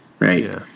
Right